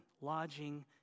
lodging